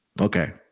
Okay